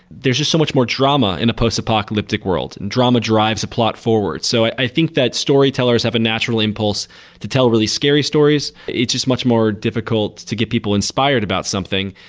there's just so much more drama in a post-apocalyptic world, and drama drives a plot forward. so i think that storytellers have a natural impulse to tell really scary stories. it's just much more difficult to get people inspired about something.